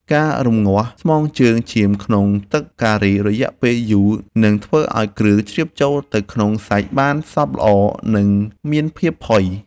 ការរម្ងាស់ស្មងជើងចៀមក្នុងទឹកការីរយៈពេលយូរនឹងធ្វើឱ្យគ្រឿងជ្រាបចូលទៅក្នុងសាច់បានសព្វល្អនិងមានភាពផុយ។